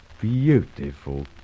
beautiful